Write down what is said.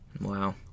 Wow